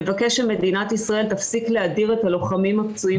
נבקש שמדינת ישראל תפסיק להדיר את הלוחמים הפצועים